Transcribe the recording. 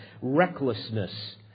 recklessness